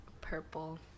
purple